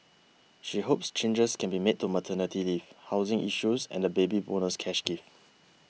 she hopes changes can be made to maternity leave housing issues and the Baby Bonus cash gift